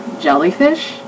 jellyfish